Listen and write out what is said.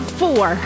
four